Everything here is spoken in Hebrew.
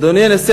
אדוני הנשיא,